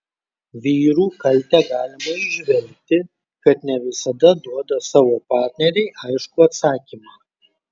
vyrų kaltę galima įžvelgti kad ne visada duoda savo partnerei aiškų atsakymą